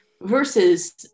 versus